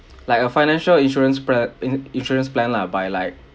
like a financial insurance spread in insurance plan lah by like